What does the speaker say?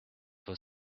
for